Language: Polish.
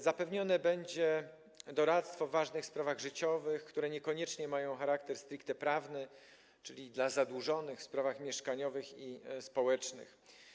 Zapewnione będzie doradztwo w ważnych sprawach życiowych, które niekoniecznie mają charakter stricte prawny, czyli dla zadłużonych, w sprawach mieszkaniowych i społecznych.